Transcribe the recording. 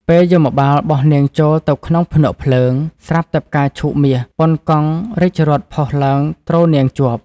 ពេលយមបាលបោះនាងចូលទៅក្នុងភ្នក់ភ្លើង ស្រាប់តែផ្កាឈូកមាសប៉ុនកង់រាជរថផុសឡើង ទ្រនាងជាប់ ។